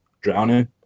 Drowning